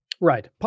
Right